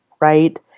Right